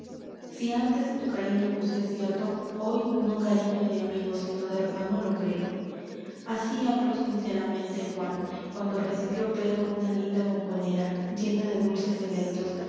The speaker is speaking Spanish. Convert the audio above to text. si antes tu cariño juzgué cierto hoy no cariño de amigo sino de hermano lo creo asi habló sinceramente juan cuando recibió pedro una linda bombonera llena de dulces selectos